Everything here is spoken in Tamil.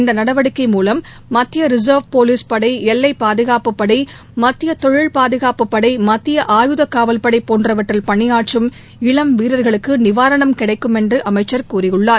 இந்த நடவடிக்கை மூலம் மத்திய ரிசர்வ் போலீஸ் படை எல்லைப்பாதுகாப்புப்படை மத்திய தொழில் பாதுகாப்புப்படை போன்றவற்றில் பணியாற்றும் மத்திய ஆயுத காவல்படை போன்றவற்றில் பணியாற்றும் இளம் வீரர்களுக்கு நிவாரணம் கிடைக்கும் என்று அமைச்சர் கூறியுள்ளார்